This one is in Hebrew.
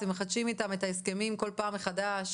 אתם מחדשים איתם את ההסכמים בכל פעם מחדש.